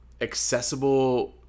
accessible